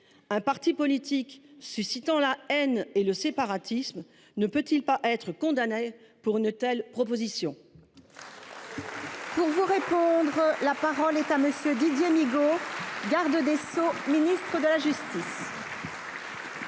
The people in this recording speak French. un parti politique suscitant la haine et le séparatisme ne peut il pas être condamné pour une telle initiative ?